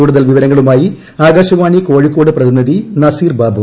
കൂടുതൽ വിവരങ്ങളുമായി ആകാശവാണി കോഴിക്കോട് പ്രതിനിധി നസീർ ബാബു